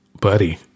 Buddy